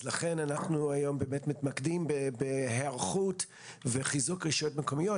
לכן אנחנו היום מתמקדים בהיערכות וחיזוק רשויות מקומיות.